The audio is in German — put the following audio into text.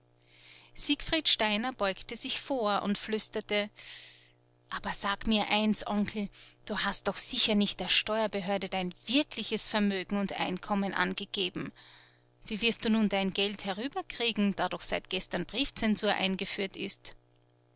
siegfried steiner beugte sich vor und flüsterte aber sag mir eines onkel du hast doch sicher nicht der steuerbehörde dein wirkliches vermögen und einkommen angegeben wie wirst du nun dein geld herüberkriegen da doch seit gestern briefzensur eingeführt ist